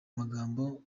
magambo